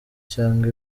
cyangwa